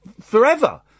forever